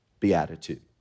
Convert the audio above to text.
Beatitude